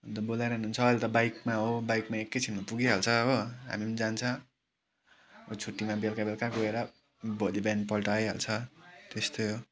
अन्त बोलाइरहनु हुन्छ अहिले त बाइकमा हो बाइकमा एकैछिनमा पुगिहाल्छ हो हामी पनि जान्छ छुट्टीमा बेलुका बेलुका गएर भोलि बिहानपल्ट आइहाल्छ त्यस्तै हो